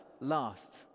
last